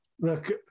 look